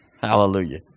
Hallelujah